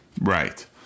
Right